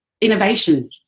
innovation